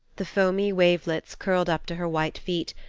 the foamy wavelets curled up to her white feet,